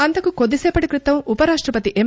అంతకు కొద్దిసేపటి క్రితం ఉపరాష్టపతి ఎం